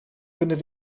kunnen